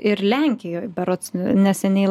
ir lenkijoj berods neseniai l